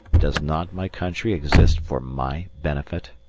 does not my country exist for my benefit?